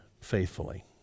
faithfully